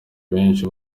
benshi